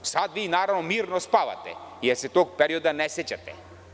Sada vi, naravno, mirno spavate, jer se tog perioda ne sećate.